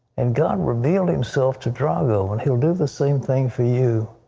and god revealed himself to dragos and he will do the same thing for you.